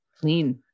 Clean